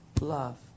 love